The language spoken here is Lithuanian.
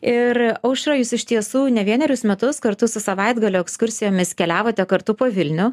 ir aušra jūs iš tiesų ne vienerius metus kartu su savaitgalio ekskursijomis keliavote kartu po vilnių